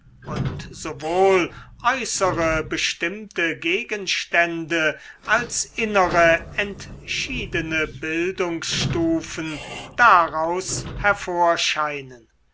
sowohl äußere bestimmte gegenstände als innere entschiedene bildungsstufen daraus hervorscheinen